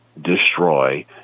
destroy